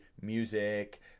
music